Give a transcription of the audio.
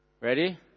Ready